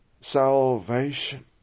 salvation